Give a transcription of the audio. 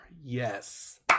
Yes